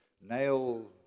nail